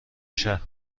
شهر